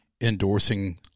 endorsing